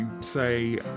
say